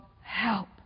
help